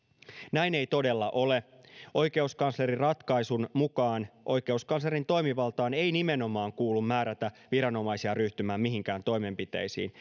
näin ei todella ole oikeuskanslerin ratkaisun mukaan oikeuskanslerin toimivaltaan ei nimenomaan kuulu määrätä viranomaisia ryhtymään mihinkään toimenpiteisiin